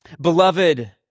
Beloved